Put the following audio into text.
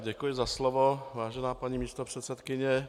Děkuji za slovo, vážená paní místopředsedkyně.